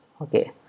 okay